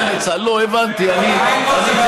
אתה יכול להגיד לו שאנחנו תומכים בהפסקת אש.